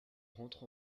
rentre